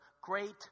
great